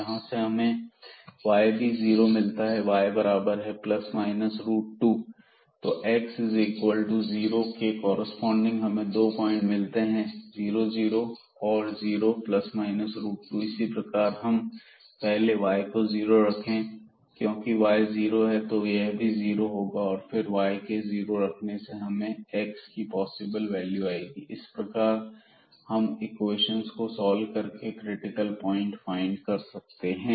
यहां से हमें y भी जीरो मिलता है और y बराबर है 2 तो x is equal to zero के कॉरस्पॉडिंग हमें 2 पॉइंट मिलते हैं 00 और 0 2 इसी प्रकार अगर हम पहले y0 रखें तब क्योंकि y 0 है तो यह भी जीरो होगा और फिर y को जीरो रखने पर हमें x की पॉसिबल वैल्यू आयेगी इस प्रकार हम इन इक्वेशंस को सॉल्व करके क्रिटिकल प्वाइंट फाइंड कर सकते हैं